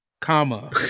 comma